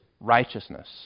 righteousness